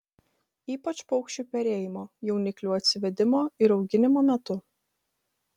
ypač paukščių perėjimo jauniklių atsivedimo ir auginimo metu